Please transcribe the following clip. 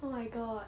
oh my god